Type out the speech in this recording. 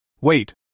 Wait